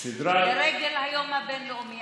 לרגל היום הבין-לאומי.